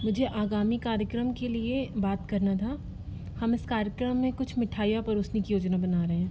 मुझे आगामी कार्यक्रम के लिए बात करना था हम इस कार्यक्रम में कुछ मिठाइयाँ परोसने की योजना बना रहे हैं